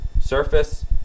surface